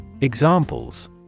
Examples